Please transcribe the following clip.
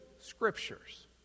Scriptures